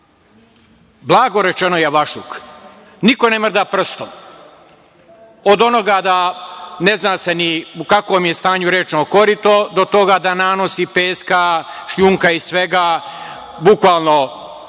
blago rečeno javašluk. Niko ne mrda prstom od onoga da se ne zna ni u kakvom je stanju rečno korito, do toga da nanosi peska, šljunka i svega, bukvalno